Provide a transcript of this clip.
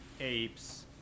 apes